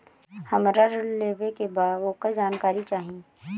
हमरा ऋण लेवे के बा वोकर जानकारी चाही